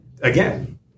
again